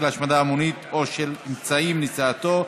להשמדה המונית או של אמצעים לנשיאתו,